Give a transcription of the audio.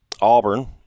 Auburn